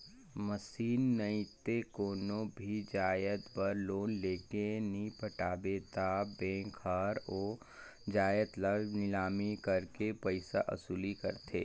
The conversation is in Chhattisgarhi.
मसीन नइते कोनो भी जाएत बर लोन लेके नी पटाबे ता बेंक हर ओ जाएत ल लिलामी करके पइसा वसूली करथे